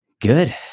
good